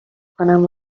کنم